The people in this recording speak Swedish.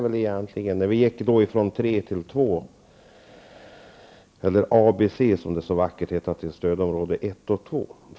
Vi övergick från tre till två stödområden -- från A, B och C till 1 och 2.